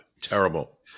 terrible